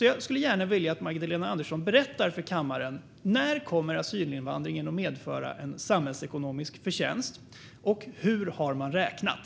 Jag skulle gärna vilja att Magdalena Andersson berättar för kammaren: När kommer asylinvandringen att medföra en samhällsekonomisk förtjänst? Och hur har man räknat?